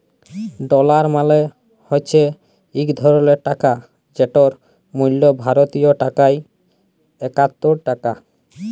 dollar মালে হছে ইক ধরলের টাকা যেটর মূল্য ভারতীয় টাকায় একাত্তর টাকা